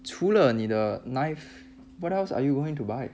除了你的 knife what else are you going to buy